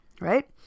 Right